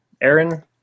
Aaron